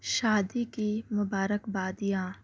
شادی کی مبارکبادیاں